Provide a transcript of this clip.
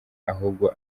ahubwo